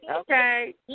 Okay